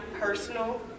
personal